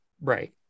Right